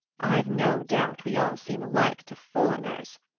i've no doubt we all seem alike to foreigners,